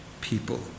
people